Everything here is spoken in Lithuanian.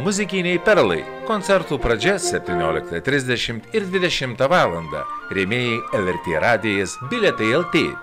muzikiniai perlai koncertų pradžia septynioliktą trisdešimt ir dvidešimtą valandą rėmėjai lrt radijas bilietai lt